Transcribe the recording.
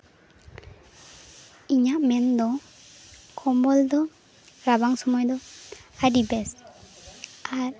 ᱤᱧᱟᱹᱜ ᱢᱮᱱᱫᱚ ᱠᱚᱢᱵᱚᱞ ᱫᱚ ᱨᱟᱵᱟᱝ ᱥᱚᱢᱚᱭ ᱫᱚ ᱟᱹᱰᱤ ᱵᱮᱥ ᱟᱨ